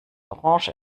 orange